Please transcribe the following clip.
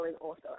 author